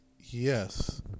Yes